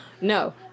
No